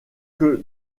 que